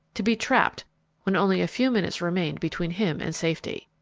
to be trapped when only a few minutes remained between him and safety!